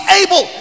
able